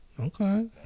Okay